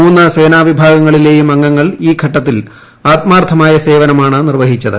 മൂന്ന് സേനാവിഭാഗങ്ങളിലേയും അംഗങ്ങൾ ഈ ഘട്ടത്തിൽ ആത്മാർത്ഥമായ സേവനമാണ് നിർവ്വഹിച്ചത്